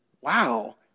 wow